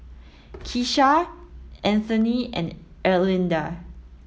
Keesha Anthoney and Erlinda